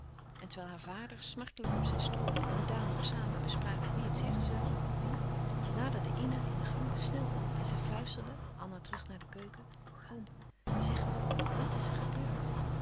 en terwijl haar vader smartelijk op zijn stoel en oom daan nog samen bespraken wie het zeggen zoû wie naderde ina in de gang snel oom en zij fluisterde anna terug naar de keuken oom zeg me wàt is er gebeurd